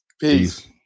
Peace